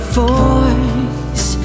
voice